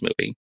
movie